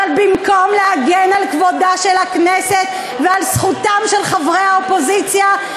אבל במקום להגן על כבודה של הכנסת ועל זכותם של חברי האופוזיציה,